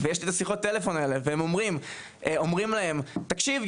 ויש לי את השיחות האלו ואומרים להם תקשיב,